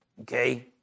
okay